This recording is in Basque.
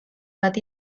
bat